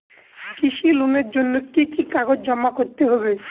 কৃষি লোনের জন্য কি কি কাগজ জমা করতে হবে?